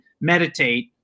meditate